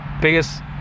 biggest